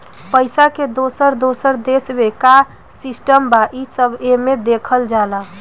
पइसा के दोसर दोसर देश मे का सिस्टम बा, ई सब एमे देखल जाला